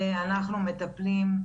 ואנחנו מטפלים,